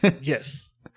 Yes